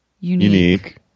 unique